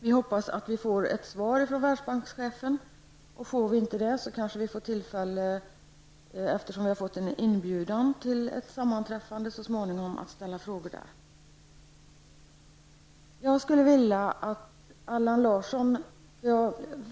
Vi hoppas att vi får ett svar från Världsbankschefen, och får vi inte det så kanske vi får tillfälle att så småningom ställa frågor vid ett sammanträffande, som vi har fått en inbjudan till.